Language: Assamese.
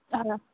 অঁ